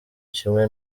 kimwe